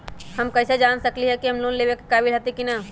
हम कईसे जान सकली ह कि हम लोन लेवे के काबिल हती कि न?